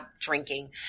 drinking